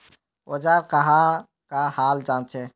औजार कहाँ का हाल जांचें?